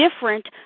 different